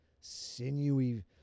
sinewy